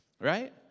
right